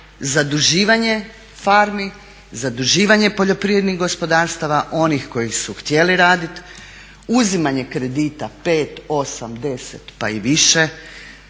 Zaduživanje farmi, zaduživanje poljoprivrednih gospodarstava onih koji su htjeli raditi, uzimanje kredita 5,8, 10 pa i više,